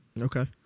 Okay